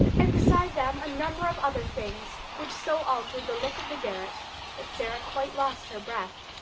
and beside them a number of other things which so altered the look of the garret that sara quite lost her breath.